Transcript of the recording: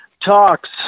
talks